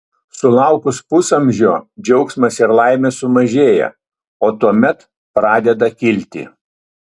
sulaukus pusamžio džiaugsmas ir laimė sumažėja o tuomet pradeda kilti